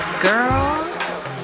Girl